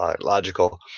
logical